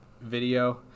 video